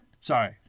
Sorry